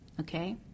Okay